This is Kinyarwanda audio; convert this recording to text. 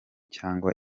cyangwa